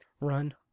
run